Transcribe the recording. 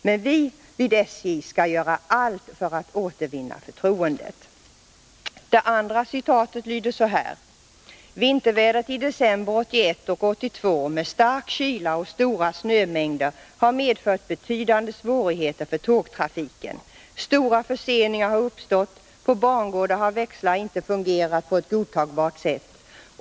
Men vi vid SJ skall göra allt för Det andra citatet lyder så här: ”Vintervädret i december 1981 och januari 1982 med stark kyla och stora snömängder har medfört betydande svårigheter för tågtrafiken. Stora förseningar har uppstått. På bangårdar har växlar inte fungerat på ett godtagbart sätt.